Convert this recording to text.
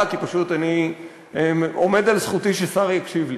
כי פשוט אני עומד על זכותי ששר יקשיב לי.